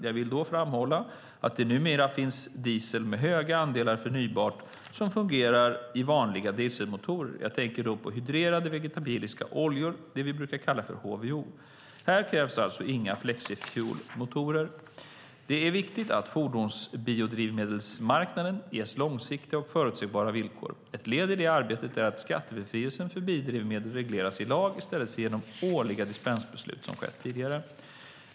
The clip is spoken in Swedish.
Jag vill då framhålla att det numera finns diesel med stora andelar förnybart som fungerar i vanliga dieselmotorer. Jag tänker på hydrerade vegetabiliska oljor, det vi brukar kalla HVO. Här krävs det alltså inga flexifuelmotorer. Det är viktigt att fordons och biodrivmedelsmarknaden ges långsiktiga och förutsägbara villkor. Ett led i det arbetet är att skattebefrielsen för biodrivmedel regleras i lag i stället för genom årliga dispensbeslut som skett tidigare.